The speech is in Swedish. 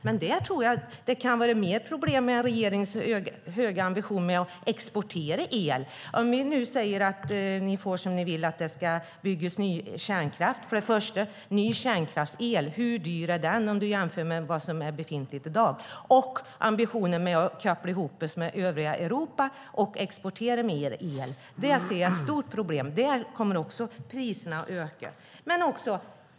Men jag tror att det kan vara mer problem med regeringens höga ambition att exportera el. Om ni får som ni vill och det byggs ny kärnkraft undrar jag: Hur dyr är ny kärnkraftsel om du jämför med den i dag befintliga? Jag ser också ett stort problem när det gäller ambitionen att koppla ihop oss med övriga Europa och exportera mer el. Då kommer priserna också att öka.